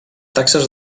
taxes